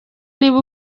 niba